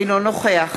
אינו נוכח